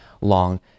long